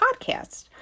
podcast